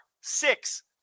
six